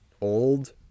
old